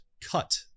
cut